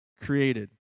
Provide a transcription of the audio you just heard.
created